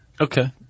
Okay